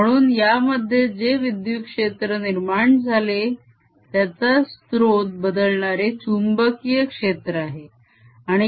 म्हणून यामध्ये जे विद्युत क्षेत्र निर्माण झाले त्याचा स्त्रोत बदलणारे चुंबकीय क्षेत्र होय